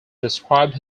described